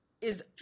is-